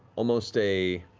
almost a